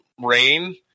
Rain